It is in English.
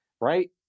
right